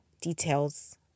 details